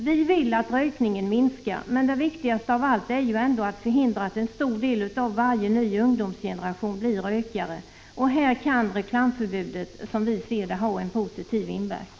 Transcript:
Vi vill att rökningen skall minska, men det viktigaste av allt är att förhindra att en stor del av varje ny ungdomsgeneration blir rökare. Därvid kan reklamförbud, som vi ser det, ha en positiv inverkan.